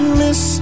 miss